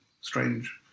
strange